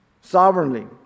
sovereignly